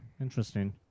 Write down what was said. interesting